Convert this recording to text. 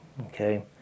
Okay